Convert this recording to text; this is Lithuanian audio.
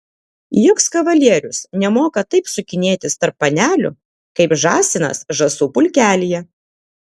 joks kavalierius nemoka taip sukinėtis tarp panelių kaip žąsinas žąsų pulkelyje